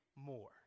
more